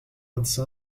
quatre